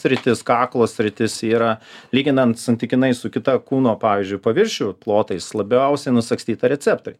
sritis kaklo sritis yra lyginant santykinai su kita kūno pavyzdžiui paviršių plotais labiausiai nusagstyta receptoriai